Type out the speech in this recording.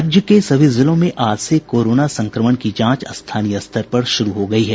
राज्य के सभी जिलों में आज से कोरोना संक्रमण की जांच स्थानीय स्तर पर शुरू हो गयी है